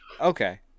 Okay